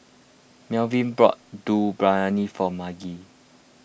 Malvin bought Dum Briyani for Margie